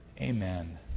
amen